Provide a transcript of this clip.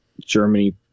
Germany